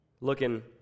Looking